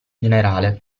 generale